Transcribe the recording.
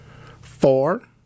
Four